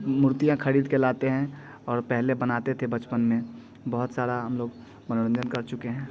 मूर्तियाँ खरीद के लाते हैं और पहले बनाते थे बचपन में बहुत सारा हम लोग मनोरंजन कर चुके हैं